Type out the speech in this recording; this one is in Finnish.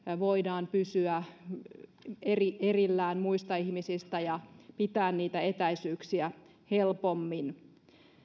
voidaan pysyä erillään muista ihmisistä ja pitää niitä etäisyyksiä helpommin